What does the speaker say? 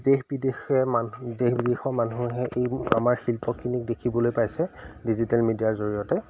দেশ বিদেশে মানুহ দেশ বিদেশৰ মানুহে এই আমাৰ শিল্পখিনিক দেখিবলৈ পাইছে ডিজিটেল মিডিয়াৰ জৰিয়তে